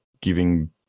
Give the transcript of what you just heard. giving